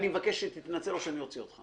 אני מבקש שתתנצל או שאני אוציא אותך.